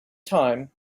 time